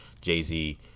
jay-z